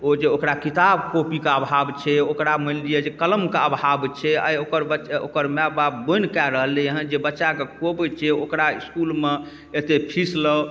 ओ जे ओकरा किताब कॉपीके अभाव छै ओकरा मानि लिअऽ जे कलमके अभाव छै आइ ओकर बच्चा ओकर माइ बाप बोनि कऽ रहलै हेँ जे ओकर बच्चाके खुआबै छै ओकरा इाकुलमे एतेक फीस लाउ